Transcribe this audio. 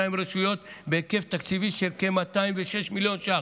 רשויות בהיקף תקציבי של כ-206 מיליון שקל.